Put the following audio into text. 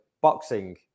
boxing